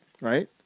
right